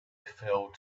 fell